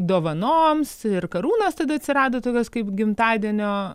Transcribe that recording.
dovanoms ir karūnos tada atsirado tokios kaip gimtadienio